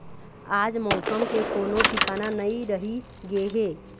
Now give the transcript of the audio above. आज मउसम के कोनो ठिकाना नइ रहि गे हे